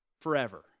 forever